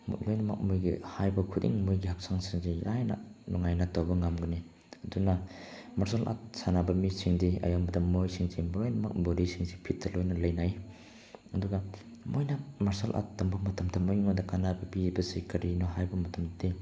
ꯂꯣꯏꯅꯃꯛ ꯃꯣꯏꯒꯤ ꯍꯥꯏꯕ ꯈꯨꯗꯤꯡ ꯃꯣꯏꯒꯤ ꯍꯛꯆꯥꯡꯁꯤꯡꯁꯤ ꯂꯥꯏꯅ ꯅꯨꯡꯉꯥꯏꯅ ꯇꯧꯕ ꯉꯝꯒꯅꯤ ꯑꯗꯨꯅ ꯃꯥꯔꯁꯦꯜ ꯑꯥꯔꯠ ꯁꯥꯟꯅꯕ ꯃꯤꯁꯤꯡꯗꯤ ꯑꯌꯥꯝꯕ ꯃꯇꯝꯗ ꯃꯣꯏꯁꯤꯡꯁꯤ ꯂꯣꯏꯅꯃꯛ ꯕꯣꯗꯤꯁꯤꯡꯁꯤ ꯐꯤꯠꯇ ꯂꯣꯏꯅ ꯂꯩꯅꯩ ꯑꯗꯨꯒ ꯃꯣꯏꯅ ꯃꯥꯔꯁꯦꯜ ꯑꯥꯔꯠ ꯇꯝꯕ ꯃꯇꯝꯗ ꯃꯣꯏꯉꯣꯟꯗ ꯀꯥꯅꯕ ꯄꯤꯕꯁꯤ ꯀꯔꯤꯅꯣ ꯍꯥꯏꯕ ꯃꯇꯝꯗꯗꯤ